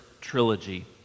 trilogy